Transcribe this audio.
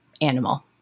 animal